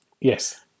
Yes